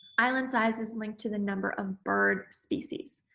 island size is linked to the number of bird species.